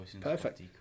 perfect